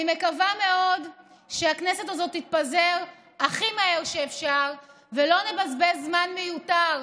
אני מקווה מאוד שהכנסת הזאת תתפזר הכי מהר שאפשר ולא נבזבז זמן מיותר,